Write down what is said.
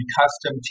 custom